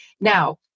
now